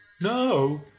No